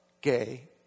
gay